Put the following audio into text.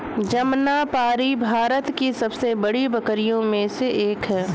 जमनापारी भारत की सबसे बड़ी बकरियों में से एक है